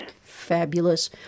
Fabulous